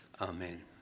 Amen